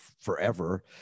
forever